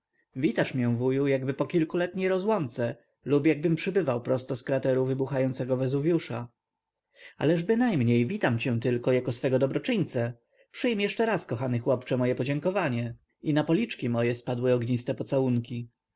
witasz mię wuju jakby po kilkoletniej rozłące lub jakbym przybywał prosto z krateru wybuchającego wezuwiusza ależ bynajmniej witam cię tylko jako swego dobroczyńcę przyjm jeszcze raz kochany chłopcze moje podziękowanie i na policzki moje spadły ogniste pocałunki